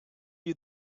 you